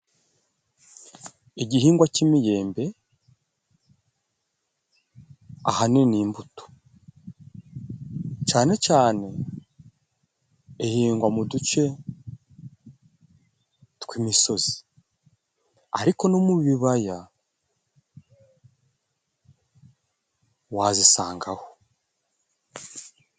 Igihingwa c'imiyembe ahanini ni imbuto, cane cane ihingwa mu duce tw'imisozi, ariko no mu bibaya wazisangaho.